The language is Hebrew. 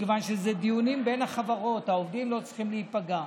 מכיוון שאלה דיונים בין החברות והעובדים לא צריכים להיפגע.